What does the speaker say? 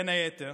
בין היתר